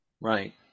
Right